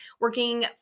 working